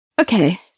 Okay